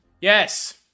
Yes